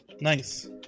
Nice